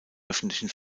öffentlichen